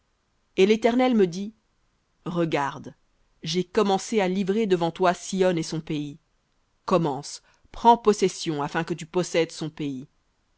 et l'éternel me dit regarde j'ai commencé à livrer devant toi sihon et son pays commence prends possession afin que tu possèdes son pays